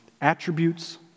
attributes